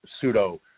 pseudo